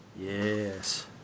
Yes